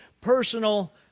personal